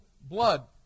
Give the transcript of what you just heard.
blood